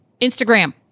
Instagram